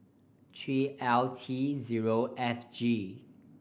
three L T zero F G